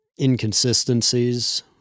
inconsistencies